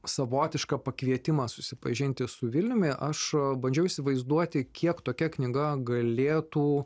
savotišką pakvietimą susipažinti su vilniumi aš bandžiau įsivaizduoti kiek tokia knyga galėtų